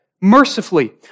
mercifully